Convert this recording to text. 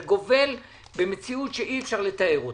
זה גובל במציאות שאי אפשר לתאר אותה.